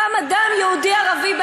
כמה דם יהודי וערבי,